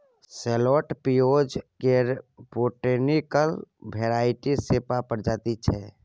सैलोट पिओज केर botanical variety सेपा प्रजाति छै